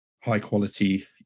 high-quality